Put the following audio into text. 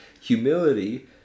humility